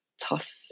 tough